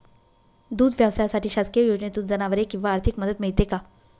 दूध व्यवसायासाठी शासकीय योजनेतून जनावरे किंवा आर्थिक मदत मिळते का?